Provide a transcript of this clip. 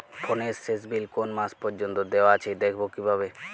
ফোনের শেষ বিল কোন মাস পর্যন্ত দেওয়া আছে দেখবো কিভাবে?